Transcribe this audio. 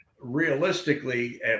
realistically